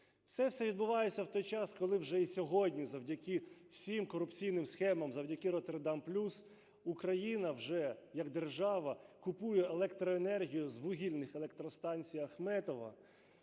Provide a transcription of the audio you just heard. це відбувається в той час, коли вже і сьогодні завдяки всім корупційним схемам, завдяки "Роттердам плюс" Україна вже як держава купує електроенергію з вугільних електростанцій Ахметова